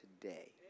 today